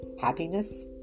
happiness